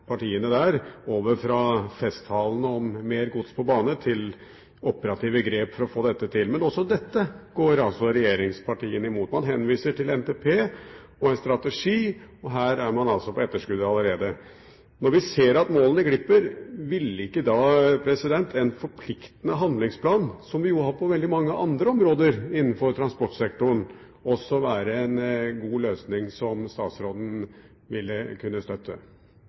partiene der over fra festtaler om mer gods på bane til operative grep for å få dette til. Men også dette går regjeringspartiene imot. Man henviser til NTP og en strategi, og der er man altså på etterskudd allerede. Når vi ser at målene glipper, ville ikke da en forpliktende handlingsplan, som vi jo har på veldig mange andre områder innenfor transportsektoren, være en god løsning som statsråden kunne støtte?